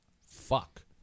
fuck